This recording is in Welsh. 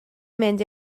mynd